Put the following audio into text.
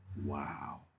Wow